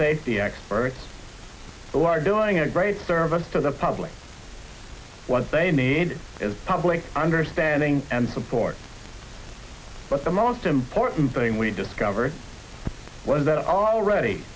safety experts who are doing a great service to the public what they need is public understanding and supports but the most important thing we discovered was that already